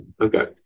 okay